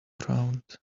around